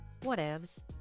whatevs